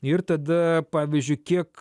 ir tada pavyzdžiui kiek